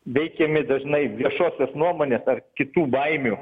veikiami dažnai viešosios nuomonės ar kitų baimių